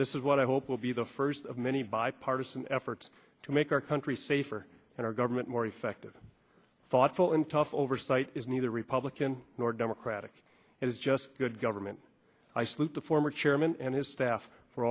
this is what i hope will be the first of many bipartisan efforts to make our country safer and our government more effective thoughtful in tough oversight is neither republican nor democratic it is just good government i salute the former chairman and his staff for